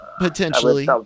potentially